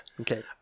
Okay